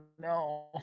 no